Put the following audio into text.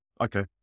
Okay